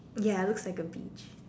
ya looks like a beach